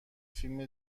فیلم